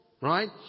Right